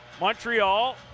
Montreal